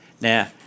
Now